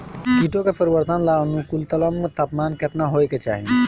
कीटो के परिवरर्धन ला अनुकूलतम तापमान केतना होए के चाही?